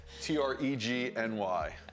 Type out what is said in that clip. T-R-E-G-N-Y